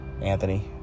Anthony